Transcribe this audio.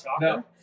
No